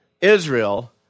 Israel